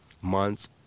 Months